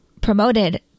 promoted